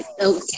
Okay